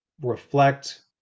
reflect